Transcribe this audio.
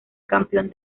campeón